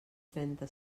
trenta